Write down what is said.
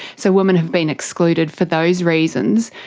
so women have been excluded for those reasons.